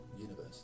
universe